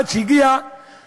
עד שזה הגיע לבית-המשפט,